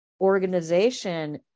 organization